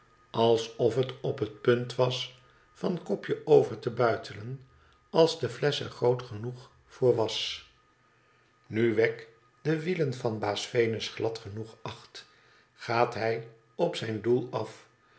alsof het op het punt was van kopje o ver te buitelen als de flesch er groot genoeg voor was nu wegg de wielen van baas venus glad genoeg acht gaat hij op zijn doel af